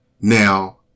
Now